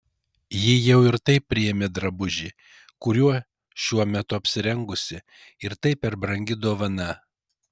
ji jau ir taip priėmė drabužį kuriuo šiuo metu apsirengusi ir tai per brangi dovana